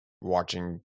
watching